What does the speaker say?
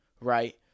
right